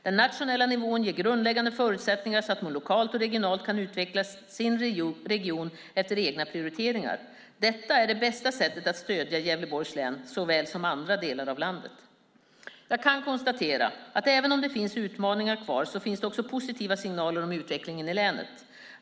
Den nationella nivån ger grundläggande förutsättningar för att man lokalt och regionalt kan utveckla sin region efter egna prioriteringar. Detta är det bästa sättet att stödja Gävleborgs län såväl som andra delar av landet. Jag kan konstatera att även om det finns utmaningar kvar finns det också positiva signaler om utvecklingen i länet.